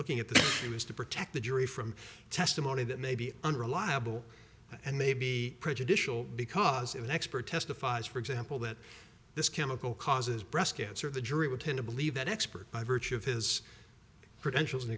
looking at the same is to protect the jury from testimony that may be unreliable and may be prejudicial because of an expert testifies for example that this chemical causes breast cancer the jury would tend to believe that expert by virtue of his credentials and